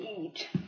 eat